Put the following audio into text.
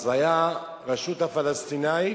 אז היתה הרשות הפלסטינית,